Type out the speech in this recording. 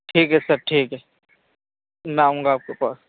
ٹھیک ہے سر ٹھیک ہے میں آؤں گا آپ کے پاس